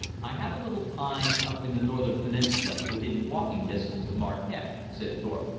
i have a little pine up in the northern peninsula within walking distance of marquette, said thorpe,